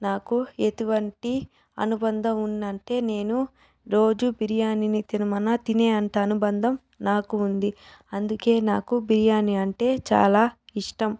నాకు ఎటువంటి అనుబంధం ఉందంటే నేను రోజు బిర్యానీనే తినమన్నా తినే అంత అనుబంధం నాకు ఉంది అందుకే నాకు బిర్యానీ అంటే చాలా ఇష్టం